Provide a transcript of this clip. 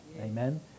Amen